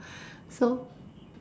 so